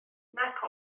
nac